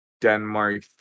Denmark